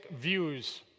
views